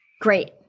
Great